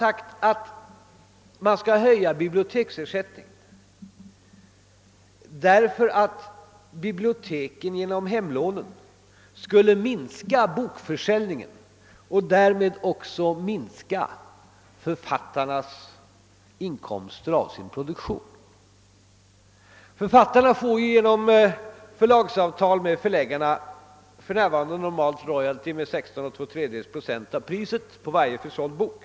Det har ibland sagts att biblioteksersättningen skall höjas därför att biblioteken genom hemlånen skulle minska bokförsäljningen och där med också författarnas inkomster av deras produktion. Författarna får ju genom förlagsavtal med förläggarna för närvarande normalt royalty med 16 ?/s procent av priset på varje försåld bok.